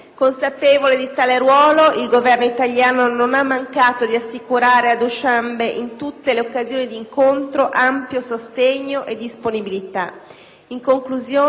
In conclusione, la ratifica dell'Accordo da parte italiana appare assolutamente prioritaria per la coerenza della nostra azione di politica estera in ambito comunitario,